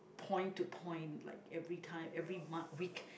point to point like every time every mo~ week